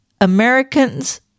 Americans